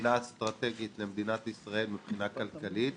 מבחינה אסטרטגית למדינת ישראל, מבחינה כלכלית,